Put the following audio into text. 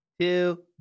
two